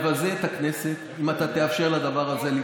אתה מבזה את הכנסת אם אתה תאפשר לדבר הזה להתנהל.